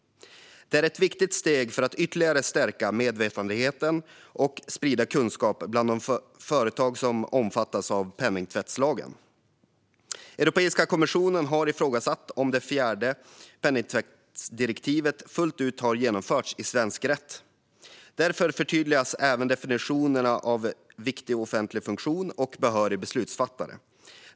Det är ett viktigt steg för att ytterligare stärka medvetenheten och sprida kunskap bland de företag som omfattas av penningtvättslagen. Europeiska kommissionen har ifrågasatt om det fjärde penningtvättsdirektivet fullt ut har genomförts i svensk rätt. Därför förtydligas även definitionerna av viktig offentlig funktion och behörig beslutsfattare.